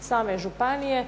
same županije